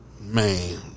Man